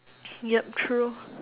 yup true